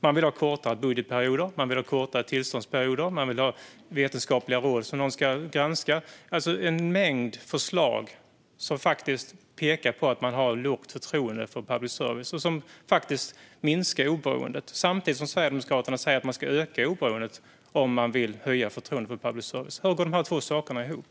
De vill ha kortare budgetperioder, kortare tillståndsperioder och vetenskapliga råd som ska göra en granskning. Det är en mängd förslag som faktiskt pekar på att Sverigedemokraterna har ett lågt förtroende för public service. Det är förslag som minskar oberoendet. Samtidigt säger Sverigedemokraterna att man måste öka oberoendet om man vill höja förtroendet för public service. Hur hänger dessa två saker ihop?